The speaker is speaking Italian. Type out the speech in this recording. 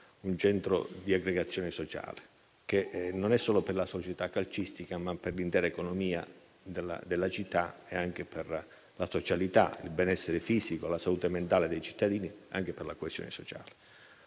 un centro di aggregazione sociale con risvolti non solo alla società calcistica, ma per l'intera economia della città, anche per la socialità, benessere fisico, salute mentale dei cittadini e coesione sociale.